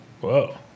Whoa